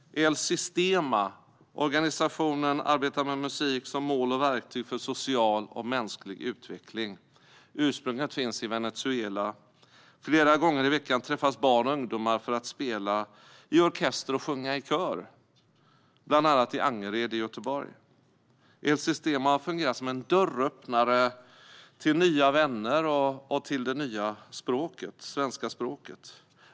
El Sistema är en organisation som arbetar med musiken som mål och verktyg för social och mänsklig utveckling. Ursprunget finns i Venezuela. Flera gånger i veckan träffas barn och ungdomar för att spela i orkester och sjunga i kör, bland annat i Angered i Göteborg. El Sistema har fungerat som en dörröppnare till nya vänner och till det nya svenska språket.